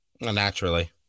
Naturally